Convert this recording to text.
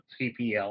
CPL